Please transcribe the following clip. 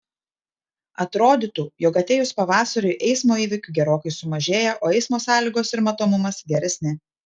atrodytų jog atėjus pavasariui eismo įvykių gerokai sumažėja o eismo sąlygos ir matomumas geresni